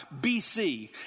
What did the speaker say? BC